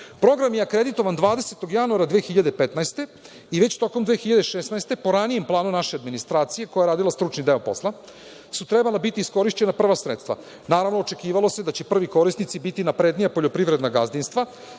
možemo. Program je akreditovan 20. januara 2015. godine i već tokom 2016. godine, po ranijem planu naše administracije, koja je radila stručni deo posla, su trebala biti iskorišćena prva sredstva. Naravno, očekivalo se da će prvi korisnici biti naprednija poljoprivredna gazdinstva